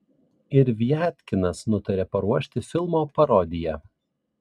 ir viatkinas nutarė paruošti filmo parodiją